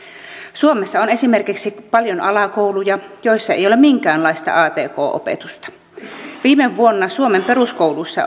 suomessa on esimerkiksi paljon alakouluja joissa ei ole minkäänlaista atk opetusta viime vuonna suomen peruskouluissa